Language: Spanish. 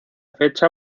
fecha